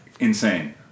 Insane